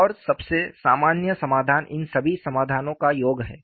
और सबसे सामान्य समाधान इन सभी समाधानों का योग है